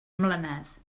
mlynedd